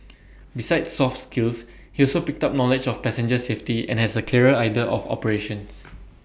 besides soft skills he also picked up knowledge of passenger safety and has A clearer idea of operations